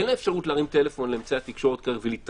אין לה אפשרות להרים טלפון לאמצעי התקשורת ולהתראיין,